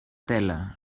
tela